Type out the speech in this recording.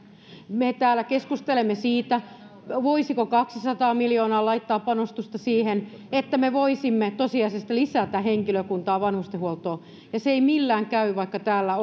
me täällä keskustelemme siitä voisiko kaksisataa miljoonaa laittaa panostusta siihen että me voisimme tosiasiallisesti lisätä henkilökuntaa vanhustenhuoltoon ja se ei millään käy vaikka täällä